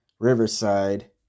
Riverside